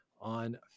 on